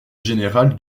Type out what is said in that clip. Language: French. général